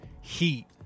heat